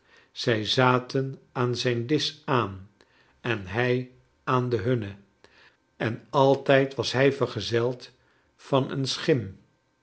zij zaten aan zijn disch aan en hij aan den hunnen en altijd was hij vergezeld van een schim